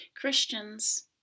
Christians